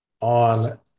on